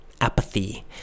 Apathy